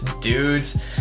dudes